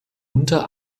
unter